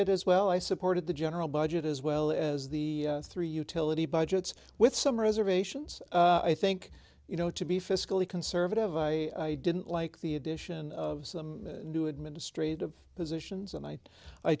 it as well i supported the general budget as well as the three utility budgets with some reservations i think you know to be fiscally conservative i didn't like the addition of some new administrative positions